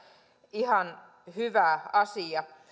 ihan hyvä asia